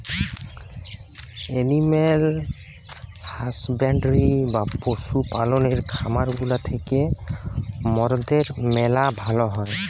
animal husbandry বা পশু পাললের খামার গুলা থ্যাকে মরদের ম্যালা ভাল হ্যয়